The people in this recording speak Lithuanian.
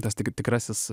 tas tik tikrasis